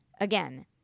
Again